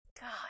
God